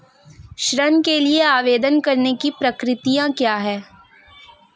ऋण के लिए आवेदन करने की प्रक्रिया क्या है?